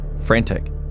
frantic